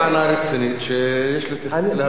זו טענה רצינית שיש להתייחס אליה,